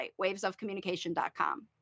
wavesofcommunication.com